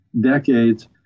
decades